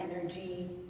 energy